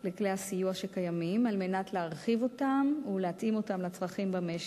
של כלי הסיוע הקיימים על מנת להרחיב אותם ולהתאים אותם לצרכים במשק.